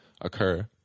occur